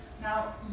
Now